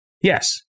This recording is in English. Yes